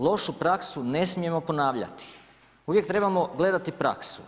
Lošu praksu ne smijemo ponavljati, uvijek trebamo gledati praksu.